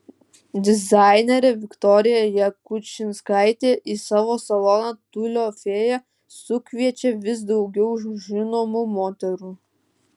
dizainerė viktorija jakučinskaitė į savo saloną tiulio fėja sukviečia vis daugiau žinomų moterų